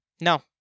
No